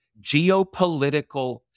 geopolitical